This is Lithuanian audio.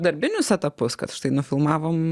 darbinius etapus kad štai nufilmavom